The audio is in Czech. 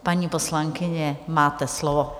Paní poslankyně, máte slovo.